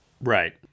Right